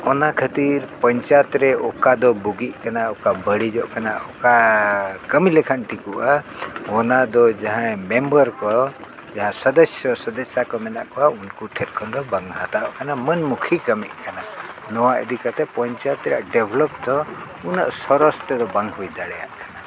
ᱚᱱᱟ ᱠᱷᱟᱹᱛᱤᱨ ᱯᱚᱧᱪᱟᱭᱮᱛ ᱨᱮ ᱚᱠᱟ ᱫᱚ ᱵᱩᱜᱤᱜ ᱠᱟᱱᱟ ᱚᱠᱟ ᱵᱟᱹᱲᱤᱡᱚᱜ ᱠᱟᱱᱟ ᱚᱠᱟ ᱠᱟᱹᱢᱤ ᱞᱮᱠᱷᱟᱱ ᱴᱷᱤᱠᱚᱜᱼᱟ ᱚᱱᱟ ᱫᱚ ᱡᱟᱦᱟᱸᱭ ᱢᱮᱢᱵᱟᱨ ᱠᱚ ᱡᱟᱦᱟᱸ ᱥᱚᱫᱚᱥᱥᱚ ᱥᱚᱫᱮᱥᱥᱟ ᱠᱚ ᱢᱮᱱᱟᱜ ᱠᱚᱣᱟ ᱩᱱᱠᱩ ᱴᱷᱮᱱ ᱠᱷᱚᱱ ᱫᱚ ᱵᱟᱝ ᱦᱟᱛᱟᱣᱚᱜ ᱠᱟᱱᱟ ᱢᱟᱹᱱᱢᱩᱠᱷᱤ ᱠᱟᱹᱢᱤᱜ ᱠᱟᱱᱟ ᱱᱚᱣᱟ ᱤᱫᱤ ᱠᱟᱛᱮᱫ ᱯᱚᱧᱪᱟᱭᱮᱛ ᱨᱮᱭᱟᱜ ᱰᱮᱵᱷᱞᱚᱯ ᱫᱚ ᱩᱱᱟᱹᱜ ᱥᱚᱨᱚᱥ ᱛᱮᱫᱚ ᱵᱟᱝ ᱦᱩᱭ ᱫᱟᱲᱮᱭᱟᱜᱼᱟ ᱠᱟᱱᱟ